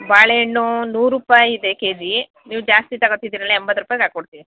ಬಾಳೆಹಣ್ಣು ನೂರಾ ರೂಪಾಯಿ ಇದೆ ಕೆಜಿ ನೀವು ಜಾಸ್ತಿ ತಗೋತಿದ್ದೀರಲ್ಲ ಎಂಬತ್ತು ರೂಪಾಯಿಗೆ ಹಾಕ್ಕೊಡ್ತೀನಿ